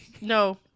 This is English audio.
No